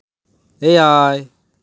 ᱮᱭᱟᱭ